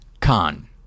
Khan